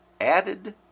added